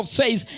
says